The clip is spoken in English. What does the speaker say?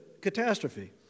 catastrophe